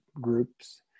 groups